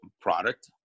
product